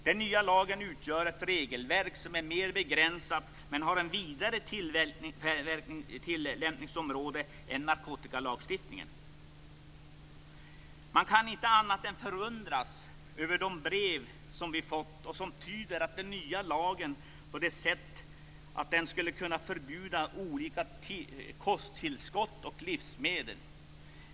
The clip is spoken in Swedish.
Den nya lagen utgör ett regelverk som är mer begränsat men har ett vidare tillämpningsområde än narkotikalagstiftningen. Man kan inte annat än förundras över de brev som vi har fått där man tyder den nya lagen på så sätt att den skulle kunna förbjuda olika kosttillskott och livsmedel.